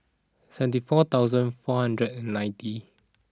seventy four thousand four hundred and ninety